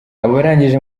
abarangije